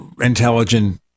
intelligent